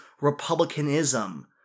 republicanism